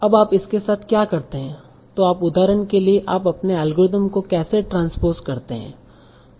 अब आप इसके साथ क्या करते हैंतो आप उदाहरण के लिए आप अपने एल्गोरिथ्म को कैसे ट्रांस्पोस करते हैं